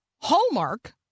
Hallmark